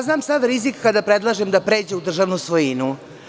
Znam sav rizik kada predlažem da pređe u državnu svojinu.